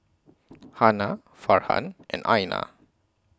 Hana Farhan and Aina